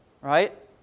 right